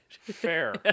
Fair